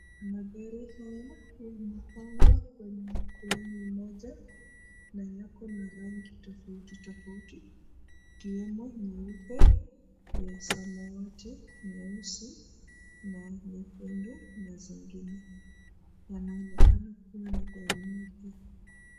Magari haya yamepangwa kwenye laini moja, na yako na rangi tofautitofauti, ikiwemo nyeupe, samawati, nyeusi na nyekundu na zingine, yanaonekana kuwa ni gari mpya.